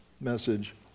message